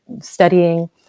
studying